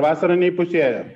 vasara neįpusėjo